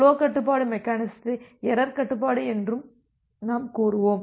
ஃபுலோக் கட்டுப்பாட்டு மெக்கெனிசத்தை எரர் கட்டுப்பாடு என்று நாம் கூறுவோம்